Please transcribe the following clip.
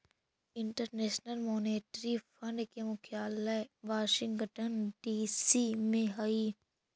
international Monetary Fund के मुख्यालय Washington DC में हई